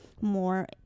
more